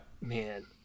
Man